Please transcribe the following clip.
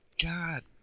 God